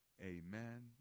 Amen